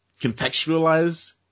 contextualize